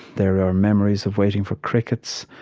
there are memories of waiting for crickets.